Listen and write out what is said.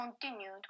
continued